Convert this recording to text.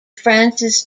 frances